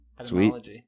Sweet